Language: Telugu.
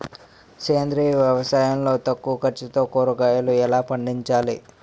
సేంద్రీయ వ్యవసాయం లో తక్కువ ఖర్చుతో కూరగాయలు ఎలా పండించాలి?